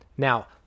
Now